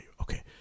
Okay